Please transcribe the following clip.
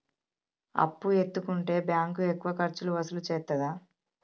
అప్పు ఎత్తుకుంటే బ్యాంకు ఎక్కువ ఖర్చులు వసూలు చేత్తదా?